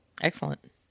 Excellent